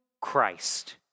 Christ